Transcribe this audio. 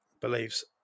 beliefs